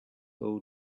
all